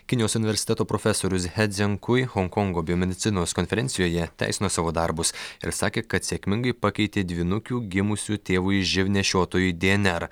kinijos universiteto profesorius he dzen kui honkongo biomedicinos konferencijoje teisino savo darbus ir sakė kad sėkmingai pakeitė dvynukių gimusių tėvui živ nešiotojui dnr